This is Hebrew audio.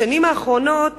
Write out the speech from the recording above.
בשנים האחרונות